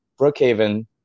Brookhaven